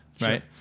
right